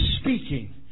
speaking